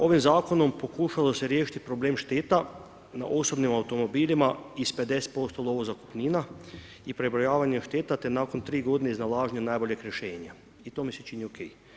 Ovim zakonom pokušalo se riješiti problem štita na osobnim automobilima i s 50% lovozakupnina i prebrojavanje šteta te nakon 3 godine iznalaženja najboljeg rješenja i to mi se čini OK.